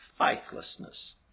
faithlessness